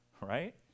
right